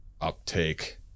uptake